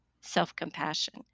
self-compassion